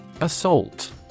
Assault